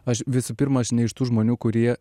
aš visų pirma aš ne iš tų žmonių kurie